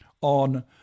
on